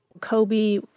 Kobe